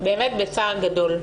שתדון בזנות,